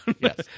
Yes